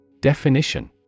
Definition